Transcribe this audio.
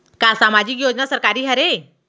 का सामाजिक योजना सरकारी हरे?